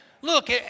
Look